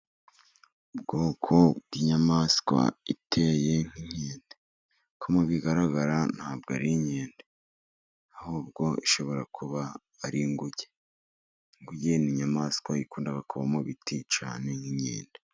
Ubwoko bw'inyamaswa iteye nk'inkende, ko mu bigaragara ntabwo ari inkende, ahubwo ishobora kuba ari inguge, inguge ni inyamaswa ikunda kuba mu biti cyane nk'inkende.